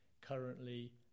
currently